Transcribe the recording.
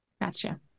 Gotcha